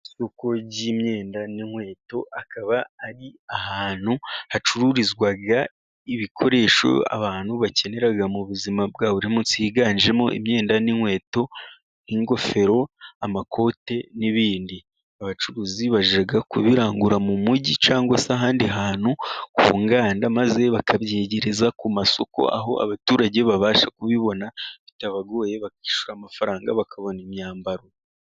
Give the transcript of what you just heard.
Isoko ry'imyenda n'inkweto akaba ari ahantu hacururizwa ibikoresho abantu bakenera mu buzima bwa buri munsi. HIganjemo imyenda n'inkweto, nk'ingofero amakote n'ibindi. Abacuruzi bajya kubirangura mu mujyi cyangwa se ahandi hantu hunganira maze bakabyegereza ku masoko, aho abaturage babasha kubibona bitabagoye bakishyura amafaranga bakabona imyambaro.